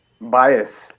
Bias